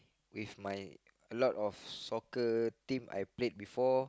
with my a lot of soccer team I played before